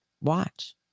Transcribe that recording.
watch